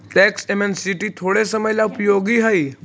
tax amnesty थोड़े समय ला उपयोगी हई